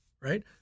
right